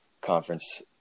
conference